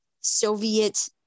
Soviet